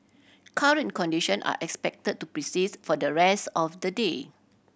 current condition are expected to persists for the rest of the day